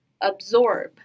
absorb